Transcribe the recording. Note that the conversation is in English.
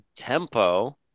Tempo